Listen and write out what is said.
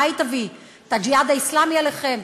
מה היא תביא את "הג'יהאד האסלאמי" אליכם?